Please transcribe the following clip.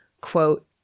quote